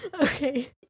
Okay